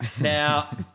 Now